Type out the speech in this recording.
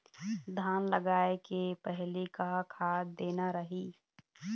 धान लगाय के पहली का खाद देना रही?